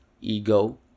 ego